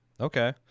okay